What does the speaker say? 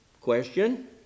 question